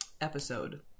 episode